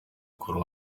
kuba